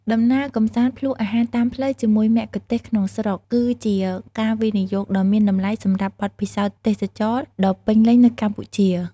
ដំណើរកម្សាន្តភ្លក្សអាហារតាមផ្លូវជាមួយមគ្គុទ្ទេសក៍ក្នុងស្រុក គឺជាការវិនិយោគដ៏មានតម្លៃសម្រាប់បទពិសោធន៍ទេសចរណ៍ដ៏ពេញលេញនៅកម្ពុជា។